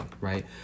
right